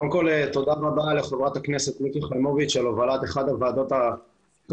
תודה רבה לחברת הכנסת מיקי חיימוביץ' על הובלת אחת הוועדות החשובות.